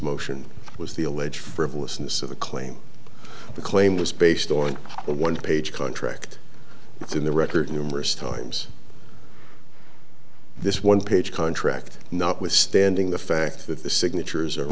motion was the alleged frivolousness of the claim the claim was based on a one page contract it's in the record numerous times this one page contract notwithstanding the fact that the signatures